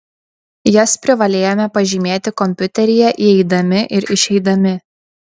jas privalėjome pažymėti kompiuteryje įeidami ir išeidami